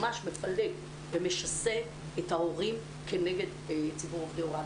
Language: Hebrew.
ממש מפלג ומשסה את ההורים כנגד ציבור עובדי ההוראה,